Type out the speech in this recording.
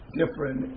different